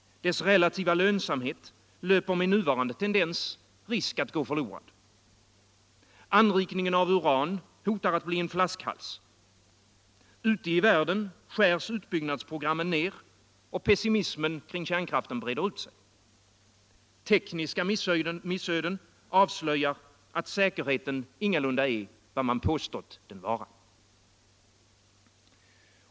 Dess relativa lönsamhet löper med nuvarande tendens risk att gå förlorad. Anrikningen av uran hotar att bli en flaskhals. Ute i världen skärs utbyggnadsprogrammen ner och pessimismen kring kärnkraften breder ut sig. Tekniska missöden avslöjar att säkerheten ingalunda är vad man påstått den vara.